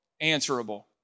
answerable